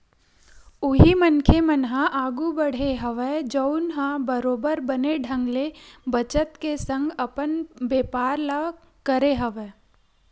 उही मनखे मन ह आघु बड़हे हवय जउन ह बरोबर बने ढंग ले बचत के संग अपन बेपार ल करे हवय